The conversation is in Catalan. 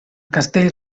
castell